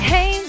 Hey